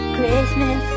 Christmas